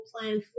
plan